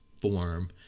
form